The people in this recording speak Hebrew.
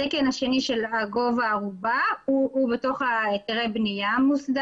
התקן השני של גובה הארובה מוסדר בתוך היתרי הבנייה.